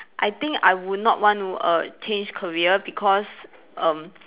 I think I would not want to err change career because um